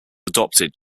adopted